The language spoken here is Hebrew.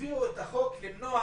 הביאו את החוק למנוע,